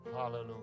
Hallelujah